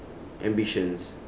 ambitions